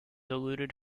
eluded